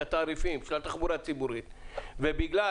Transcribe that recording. התעריפים של התחבורה הציבורית ובגלל